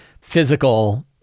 physical